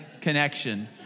connection